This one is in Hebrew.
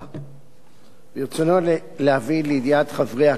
ברצוני להביא לידיעת חברי הכנסת הנכבדים